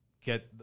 get